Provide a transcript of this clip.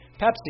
Pepsi